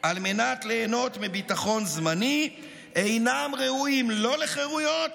על מנת ליהנות מביטחון זמני אינם ראויים לא לחירויות